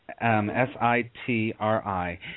S-I-T-R-I